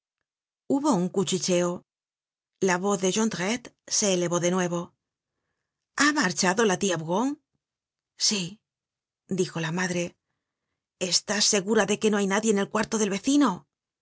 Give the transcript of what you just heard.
hubo un cuchicheo la voz de jondrette se elevó de nuevo ha marchado la tia bougon sí dijo la madre estás segura de que no hay nadie en el cuarto del vecino